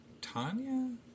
Tanya